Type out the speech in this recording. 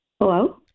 Hello